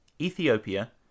Ethiopia